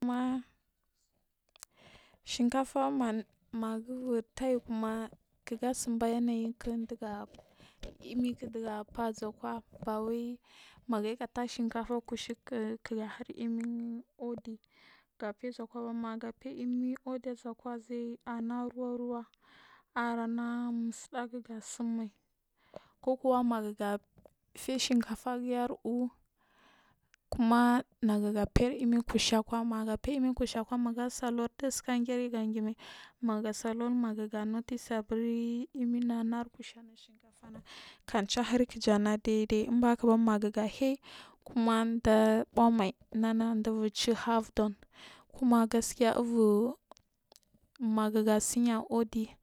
kuma shi shinkafa magubur teyi ma kikga sinba yanayik imik ɗiga fuw zaik wa bawai magayi gatah shinkafa kushu gu kik ga hir imi uɗi kefe zekwaba magafen imi udi azekwa amul ruwa ruwa arana mutsuɗagu ga tsum mai kokuwa maga fey shinkafagi ar uuh kuma nagu gafe imi kushukwa mmagafe imi kushukwa maga salonɗ sasika gre gangimai maga salond maga notice aburi imina nar kushu anu shinkafana gan chahiri kijana ɗaiɗai imbashakaba magu gahaiy kumada buuch mai nana vubur ci havedo m kuma gaskiya uvur magu gatsi ya uɗi.